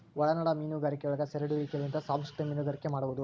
ಒಳನಾಡ ಮೀನುಗಾರಿಕೆಯೊಳಗ ಸೆರೆಹಿಡಿಯುವಿಕೆಲಿಂದ ಸಂಸ್ಕೃತಿಕ ಮೀನುಗಾರಿಕೆ ಮಾಡುವದು